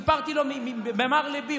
סיפרתי לו במר לי.